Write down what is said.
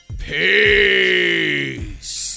Peace